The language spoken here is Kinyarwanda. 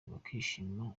bakishima